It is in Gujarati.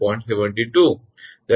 72 180